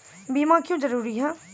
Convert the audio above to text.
बीमा क्यों जरूरी हैं?